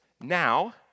Now